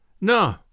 No